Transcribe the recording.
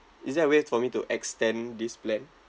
is there a way for me to extend this plan